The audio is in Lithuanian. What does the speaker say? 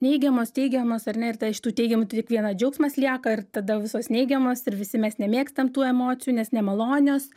neigiamos teigiamos ar ne ir ta iš tų teigiamų tai tik viena džiaugsmas lieka ir tada visos neigiamos ir visi mes nemėgstam tų emocijų nes nemalonios